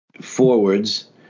forwards